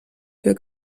für